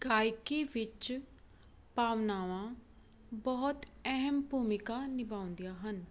ਗਾਇਕੀ ਵਿੱਚ ਭਾਵਨਾਵਾਂ ਬਹੁਤ ਅਹਿਮ ਭੂਮਿਕਾ ਨਿਭਾਉਂਦੀਆਂ ਹਨ